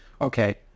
okay